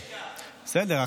בסדר,